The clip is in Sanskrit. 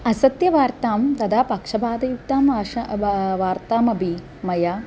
असत्यवार्तां तदा पक्षपातयुक्ताम् आशा वा वार्तामपि मया